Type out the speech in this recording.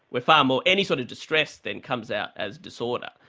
we're far more, any sort of distress then comes out as disorder.